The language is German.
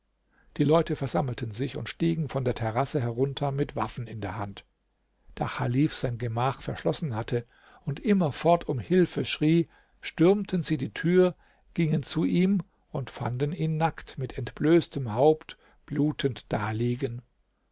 die leute versammelten sich und stiegen von der terrasse herunter mit waffen in der hand da chalif sein gemach verschlossen hatte und immerfort um hilfe schrie stürmten sie die tür gingen zu ihm und fanden ihn nackt mit entblößtem haupt blutend daliegen